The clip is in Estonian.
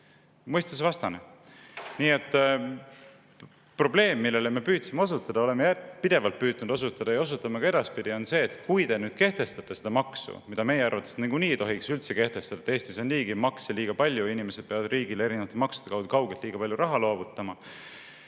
mõistusevastane. Nii et probleem, millele me püüdsime osutada, oleme pidevalt püüdnud osutada ja osutame ka edaspidi, on see, et kui te kehtestate selle maksu – meie arvates nagunii ei tohiks seda üldse kehtestada, Eestis on niigi liiga palju makse ja inimesed peavad riigile erinevate maksude kaudu kaugelt liiga palju raha loovutama